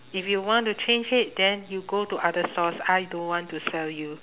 if you want to change it then you go to other stalls I don't want to sell you